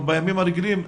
או בימים הרגילים,